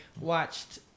watched